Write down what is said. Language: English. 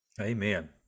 Amen